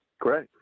great